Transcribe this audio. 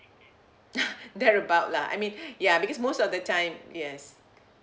they're about lah I mean ya because most of the time yes